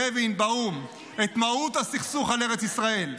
בווין באו"ם את מהות הסכסוך על ארץ ישראל.